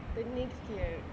the next year